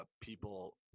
people